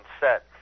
set